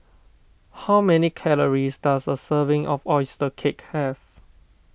how many calories does a serving of Oyster Cake have